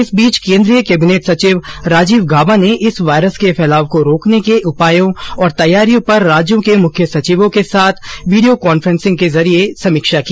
इस बीच केन्द्रीय कैबिनेट सचिव राजीव गाबा ने इस वायरस के फैलाव को रोकने के उपायों और तैयारियों पर राज्यों के मुख्य सचिवों के साथ वीडियो कांफ्रेंस के जरिए से समीक्षा की